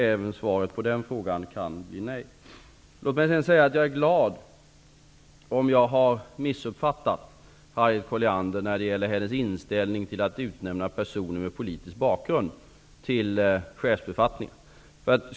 Även svaret på den frågan kan bli nej. Låt mig sedan säga att jag är glad om jag har missuppfattat Harriet Colliander när det gäller hennes inställning till att utnämna personer med politisk bakgrund till chefsbefattningar.